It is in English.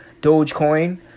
Dogecoin